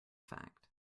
fact